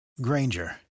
Granger